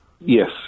Yes